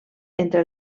entre